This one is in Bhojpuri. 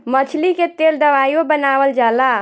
मछली के तेल दवाइयों बनावल जाला